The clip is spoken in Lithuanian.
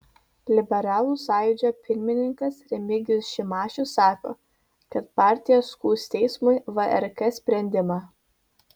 liberalų sąjūdžio pirmininkas remigijus šimašius sako kad partija skųs teismui vrk sprendimą